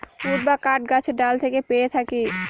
would বা কাঠ গাছের ডাল থেকে পেয়ে থাকি